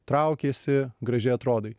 traukiasi gražiai atrodai